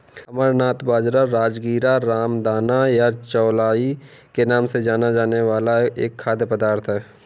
अमरनाथ बाजरा, राजगीरा, रामदाना या चौलाई के नाम से जाना जाने वाला एक खाद्य पदार्थ है